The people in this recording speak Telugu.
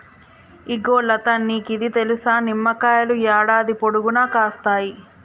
ఇగో లతా నీకిది తెలుసా, నిమ్మకాయలు యాడాది పొడుగునా కాస్తాయి